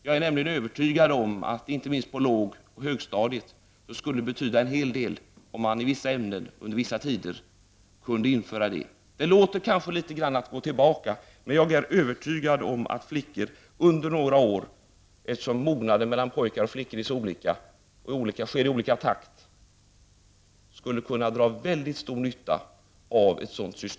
Jag är övertygad om att det, inte minst på låg och högstadiet, skulle betyda en hel del om man i vissa ämnen under vissa tider införde ett sådant system. Det låter kanske som att litet grand gå tillbaka i tiden, men eftersom flickors och pojkars mognad sker i så olika takt, skulle det vara till väldigt stor nytta för flickorna.